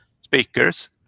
speakers